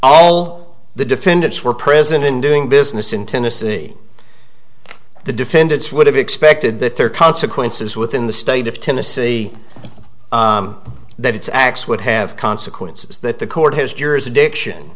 all the defendants were present in doing business in tennessee the defendants would have expected that there are consequences within the state of tennessee that its acts would have consequences that the court has jurisdiction